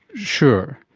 sure.